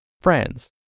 friends